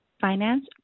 Finance